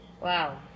wow